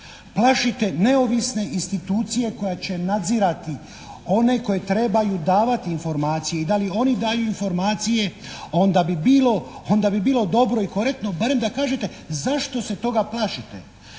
plašite neovisne institucije koja će nadzirati one koji trebaju davati informacije i da li oni daju informacije onda bi bilo dobro i korektno barem da kažete zašto se toga plašite.